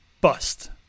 Bust